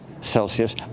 Celsius